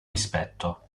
rispetto